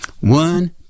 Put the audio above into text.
One